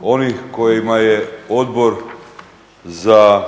onih kojima je Odbor za